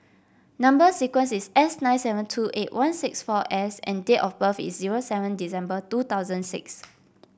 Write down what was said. number sequence is S nine seven two eight one six four S and date of birth is zero seven December two thousand six